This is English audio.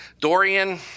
Dorian